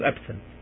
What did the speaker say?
absent